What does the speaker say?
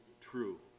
true